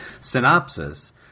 synopsis